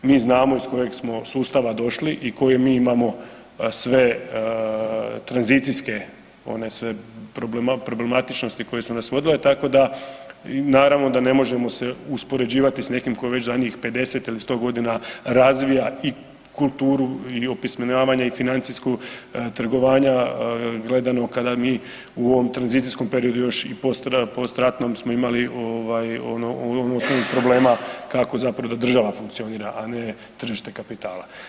Mi znamo iz kojeg smo sustava došli i koje mi imamo sve tranzicijske, one sve problematičnosti koje su nas vodile, tako da naravno da ne možemo se uspoređivati s nekim ko je već zadnjih 50 ili 100.g. razvija i kulturu i opismenjavanje i financijska trgovanja gledano kada mi u ovom tranzicijskom periodu još i postratnom smo imali ovaj onih problema kako zapravo država funkcionira, a ne tržište kapitala.